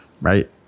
right